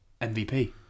MVP